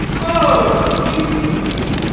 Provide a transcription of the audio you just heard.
o sweet england!